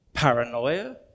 Paranoia